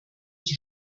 die